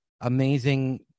amazing